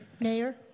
Mayor